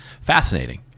fascinating